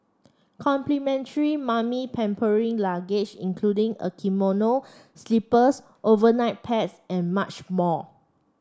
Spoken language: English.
complimentary mummy pampering luggage including a kimono slippers overnight pads and much more